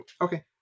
Okay